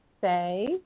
say